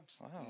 Wow